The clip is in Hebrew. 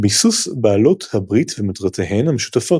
ביסוס בעלות הברית ומטרותיהן המשותפות.